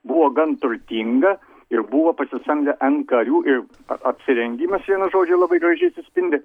buvo gan turtinga ir buvo pasisamdę en karių ir a apsirengimas vienu žodžiu labai gražiai atsispindi